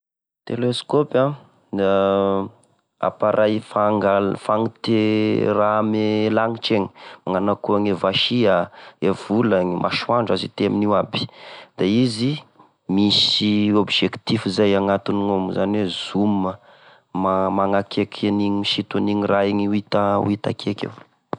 Teleskaopy appareil fanga- fagnite ra ame lanitra igny magnano akone vasia, e volany ,masoandro, azo ite aminio aby, da izy misy objectif zay agnatiny gnao zany oe zoom, magnakeky an'igny misinto an'igny raha igny ho ita akeky eo.